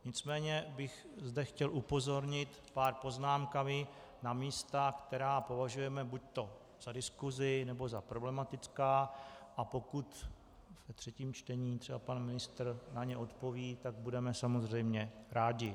Nicméně bych zde chtěl upozornit pár poznámkami na místa, která považujeme buďto za diskusi, nebo za problematická, a pokud... ve třetím čtení třeba pan ministr na ně odpoví, tak budeme samozřejmě rádi.